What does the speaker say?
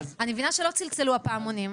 אני מבינה שלא צלצלו הפעמונים,